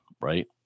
right